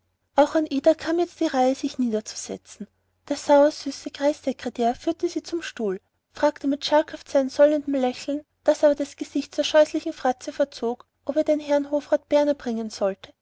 auch an ida kam jetzt die reihe sich niederzusetzen der sauersüße kreissekretär führte sie zum stuhl fragte mit schalkhaft sein sollendem lächeln das aber sein gesicht zur scheußlichen fratze verzog ob er den herrn hofrat berner bringen solle